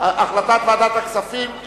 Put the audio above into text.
החלטת ועדת הכספים.